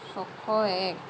ছশ এক